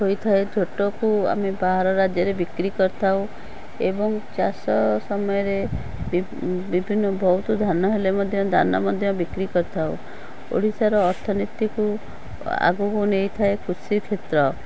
ହୋଇଥାଏ ଝୋଟକୁ ଆମେ ବାହାର ରାଜ୍ୟରେ ବିକ୍ରି କରିଥାଉ ଏବଂ ଚାଷ ସମୟରେ ବିଭିନ୍ନ ବହୁତ ଧାନ ହେଲେ ମଧ୍ୟ ଧାନ ମଧ୍ୟ ବିକ୍ରି କରିଥାଉ ଓଡ଼ିଶାର ଅର୍ଥନୀତିକୁ ଆଗକୁ ନେଇଥାଏ କୃଷିକ୍ଷେତ୍ର